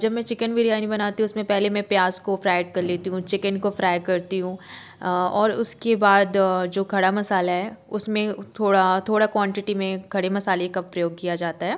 जब मैं चिकन बिरयानी बनाती हूँ उसमें पहले मैं प्याज़ काे फ्राय कर लेती हूँ चिकेन को फ्राय करती हूँ और उसके बाद जो खड़ा मसाला है उसमें थोड़ा थोड़ा क्वान्टिटी में खड़े मसाले का प्रयोग किया जाता है